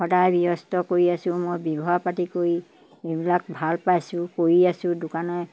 সদায় ব্যস্ত কৰি আছোঁ মই ব্যৱসায় পাতি কৰি এইবিলাক ভাল পাইছোঁ কৰি আছোঁ দোকানে